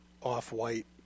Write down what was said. off-white